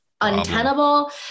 untenable